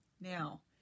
Now